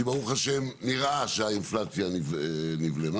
כי ברוך השם נראה שהאינפלציה נבלמה